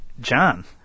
John